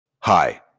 Hi